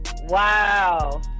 Wow